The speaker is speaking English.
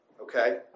Okay